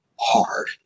hard